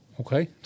Okay